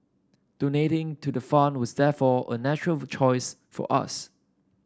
donating to the fund was therefore a natural choice for us